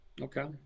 okay